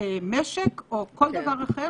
חיית משק או כל דבר אחר